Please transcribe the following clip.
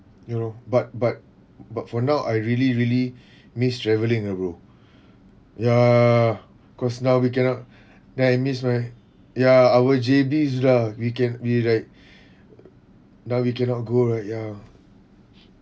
ya loh but but but for now I really really miss travelling ah bro~ ya cause now we cannot then I miss my ya our J_B sudah we can we like now we cannot go right ya